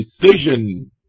decision